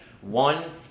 One